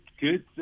good